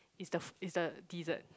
is the is the dessert